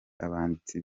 abanditsi